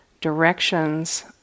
directions